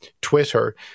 Twitter